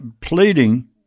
pleading